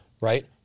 Right